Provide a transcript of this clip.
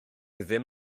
ddim